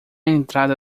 entrada